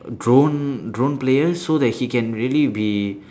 drone drone player so that he can really be